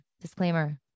Disclaimer